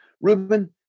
Reuben